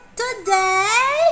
today